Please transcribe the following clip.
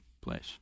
place